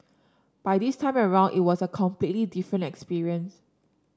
by this time around it was a completely different experience